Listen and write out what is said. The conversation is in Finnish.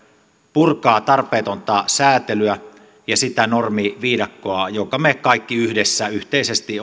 purkaa tarpeetonta säätelyä ja sitä normiviidakkoa jonka me kaikki yhdessä yhteisesti